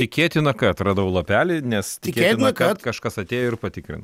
tikėtina kad radau lapelį nes tikėtina kad kažkas atėjo ir patikrino